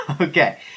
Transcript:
Okay